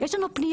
יש לנו פניות